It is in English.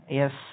yes